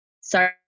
Sorry